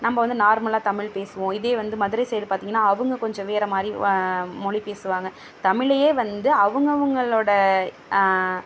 நம்ம வந்து நார்மலாக தமிழ் பேசுவோம் இதே வந்து மதுரை சைடு பார்த்திங்கன்னா அவங்க கொஞ்சம் வேறு மாதிரி மொழி பேசுவாங்க தமிழையே வந்து அவங்கவுங்களோட